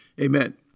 Amen